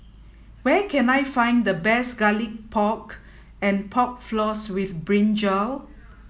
where can I find the best Garlic Pork and Pork Floss with Brinjal